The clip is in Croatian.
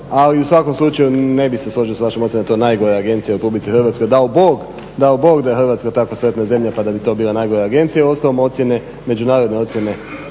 ali u svakom slučaju ne bih se složio s vašom ocjenom da je to najgora agencija u RH. Dao Bog da je Hrvatska tako sretna zemlja pa da bi to bila najgora agencija. Uostalom ocjene, međunarodne ocjene